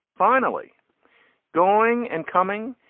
finally going and coming,